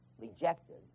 rejected